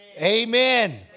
Amen